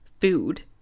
food